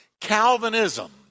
Calvinism